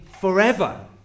forever